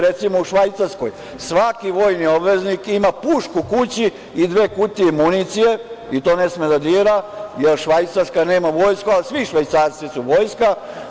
Recimo, u Švajcarskoj svaki vojni obveznik ima pušku kod kuće i dve kutije municije i to ne sme da dira, jer Švajcarska nema vojsku, ali svi Švajcarci su vojska.